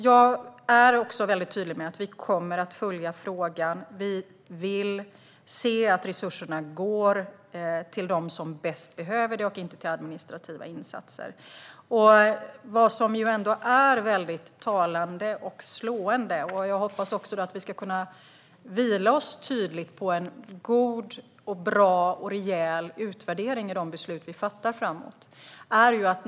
Jag är också väldigt tydlig med att vi kommer att följa frågan. Vi vill se att resurserna går till dem som bäst behöver dem och inte till administrativa insatser. Jag hoppas att vi ska kunna vila på en god, bra och rejäl utvärdering när det gäller de beslut vi fattar framöver.